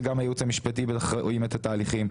וגם הייעוץ המשפטי בטח רואים את התהליכים,